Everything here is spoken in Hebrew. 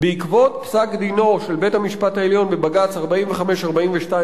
"בעקבות פסק-דינו של בית-המשפט העליון בבג"ץ 4542/02